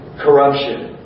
corruption